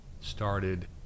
started